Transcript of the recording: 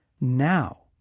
Now